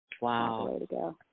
Wow